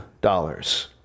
dollars